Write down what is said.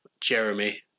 Jeremy